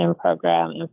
program